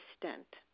stent